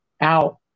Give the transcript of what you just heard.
out